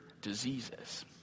diseases